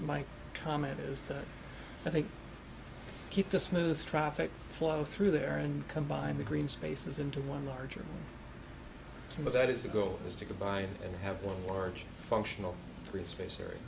my comment is that i think keep the smoothest traffic flow through there and combine the green spaces into one larger some of that is the goal is to go by and have more functional free space or